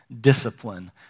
discipline